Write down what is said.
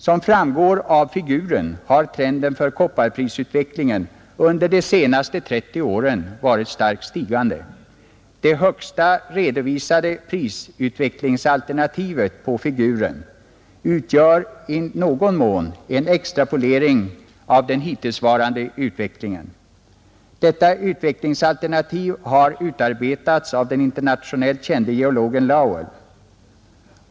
Som framgår av figuren har trenden för kopparprisutvecklingen under de senaste 30 åren varit starkt stigande. Det högsta redovisade prisutvecklingsalternativet på figuren utgör i någon mån en extrapolering av den hittillsvarande utvecklingen. Detta utvecklingsalternativ har utarbetats av den internationellt kände geologen Lowell.